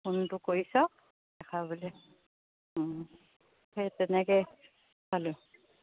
ফোনটো কৰি চাওক দেখাব বুলি সেই তেনেকৈয়ে পালোঁ